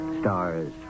stars